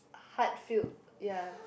heart filled ya